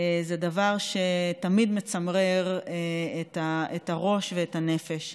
זה דבר שתמיד מצמרר את הראש ואת הנפש.